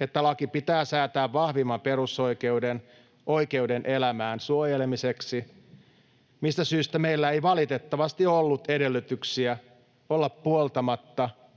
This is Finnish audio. että laki pitää säätää vahvimman perusoikeuden, oikeuden elämään, suojelemiseksi, mistä syystä meillä ei valitettavasti ollut edellytyksiä olla